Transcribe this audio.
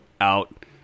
out